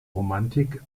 romantik